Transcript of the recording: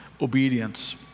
obedience